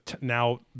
now